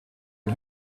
und